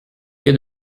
que